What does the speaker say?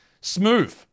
Smooth